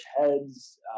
heads